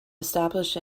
established